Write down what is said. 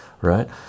Right